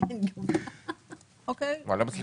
ואנחנו חוזרים